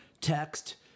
text